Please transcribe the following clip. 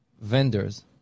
vendors